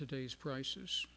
today's prices